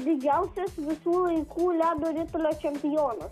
didžiausias visų laikų ledo ritulio čempionas